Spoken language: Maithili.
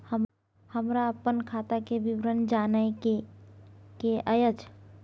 हमरा अपन खाता के विवरण जानय के अएछ?